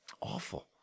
awful